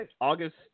August